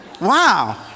Wow